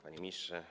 Panie Ministrze!